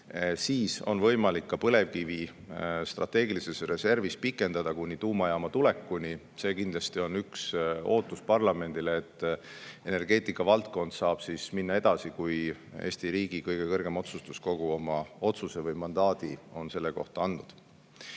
siis on võimalik ka põlevkivi strateegilises reservis pikendada kuni tuumajaama tulekuni. See kindlasti on üks ootus parlamendile, et energeetikavaldkond saab minna edasi, kui Eesti riigi kõige kõrgem otsustuskogu oma otsuse on teinud või sellele mandaadi andnud.